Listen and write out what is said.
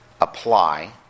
apply